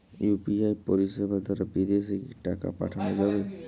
UPI পরিষেবা দারা বিদেশে কি টাকা পাঠানো যাবে?